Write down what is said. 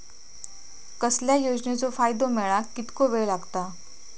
कसल्याय योजनेचो फायदो मेळाक कितको वेळ लागत?